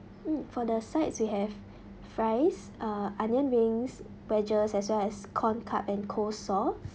mm for the sides we have fries uh onion rings wedges as well as corn cup and coleslaw